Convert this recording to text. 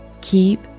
Keep